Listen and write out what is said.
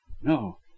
no